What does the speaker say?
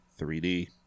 3D